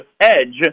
Edge